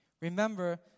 Remember